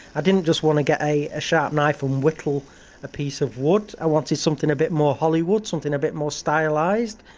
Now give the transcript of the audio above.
i didn't just want to get a a sharp knife and um whittle a piece of wood, i wanted something a bit more hollywood, something a bit more stylised.